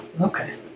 okay